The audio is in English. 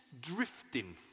drifting